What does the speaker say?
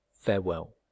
Farewell